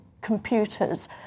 computers